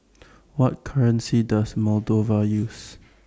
What currency Does Moldova use